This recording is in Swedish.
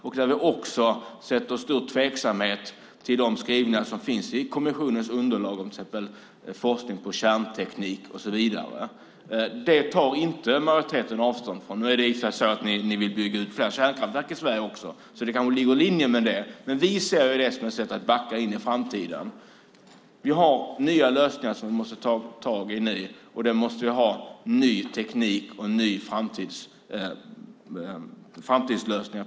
Vi är också tveksamma till de skrivningar som finns i kommissionens underlag om till exempel forskning på kärnteknik och så vidare. Det tar inte majoriteten avstånd från. I och för sig vill ni bygga fler kärnkraftverk i Sverige också, så det kanske ligger i linje med det. Men vi ser det som ett sätt att backa in i framtiden. Vi har nya lösningar som vi måste ta tag i nu, och vi måste ha ny teknik och nya framtidslösningar.